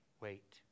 wait